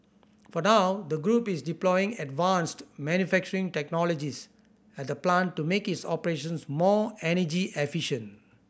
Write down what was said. for now the group is deploying advanced manufacturing technologies at the plant to make its operations more energy efficient